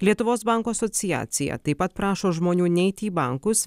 lietuvos bankų asociacija taip pat prašo žmonių neiti į bankus